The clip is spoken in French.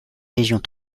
régions